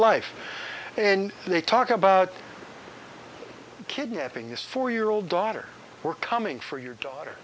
life and they talk about kidnapping this four year old daughter we're coming for your daughter